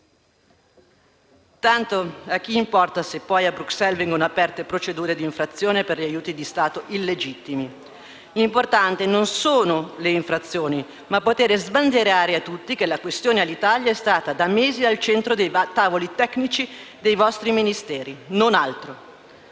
Tanto, a chi importa se poi a Bruxelles vengono aperte procedure di infrazione per aiuti di Stato illegittimi? L'importante non sono le infrazioni, ma poter sbandierare a tutti che la questione Alitalia è stata da mesi al centro dei tavoli tecnici dei vostri Ministeri. Non vi